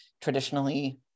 traditionally